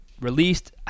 released